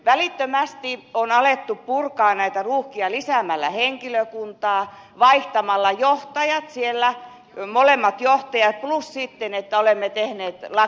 välittömästi on alettu purkaa näitä ruuhkia lisäämällä henkilökuntaa vaihtamalla johtajat siellä molemmat johtajat plus sitten että olemme tehneet lakiuudistuksia